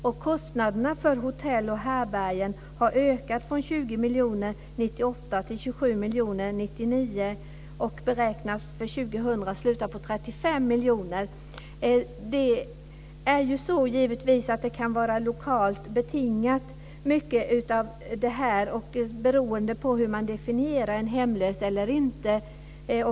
Och kostnaderna för hotell och härbärgen har ökat från 20 miljoner 1998 till 27 miljoner 1999 och beräknas för 2000 sluta på 35 Givetvis kan mycket av det här vara lokalt betingat och beroende på hur man definierar en hemlös.